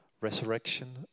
resurrection